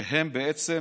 שהם בעצם